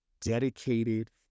dedicated